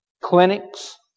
clinics